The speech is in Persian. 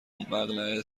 مقنعه